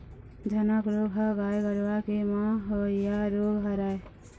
झनक रोग ह गाय गरुवा के म होवइया रोग हरय